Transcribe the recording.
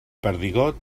perdigot